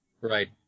Right